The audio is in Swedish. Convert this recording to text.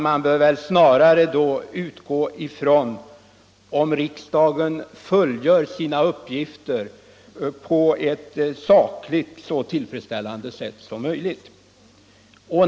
Man bör snarare utgå från om riksdagen fullgör sina uppgifter på ett sakligt så tillfredsställande sätt som möjligt.